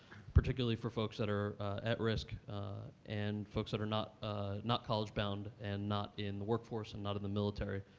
particularly for folks that are at risk and folks that are not not college bound and not in the workforce and not in the military.